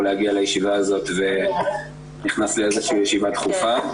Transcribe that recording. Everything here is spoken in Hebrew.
להגיע לישיבה הזאת ונכנס לאיזו שהיא ישיבה דחופה.